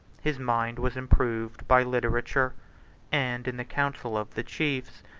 his mind was improved by literature and, in the council of the chiefs,